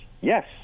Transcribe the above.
yes